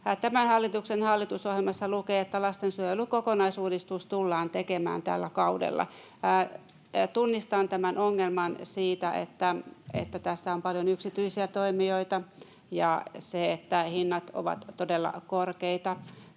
Tämän hallituksen hallitusohjelmassa lukee, että lastensuojelun kokonaisuudistus tullaan tekemään tällä kaudella. Tunnistan tämän ongelman, että tässä on paljon yksityisiä toimijoita ja että hinnat ovat todella korkeita.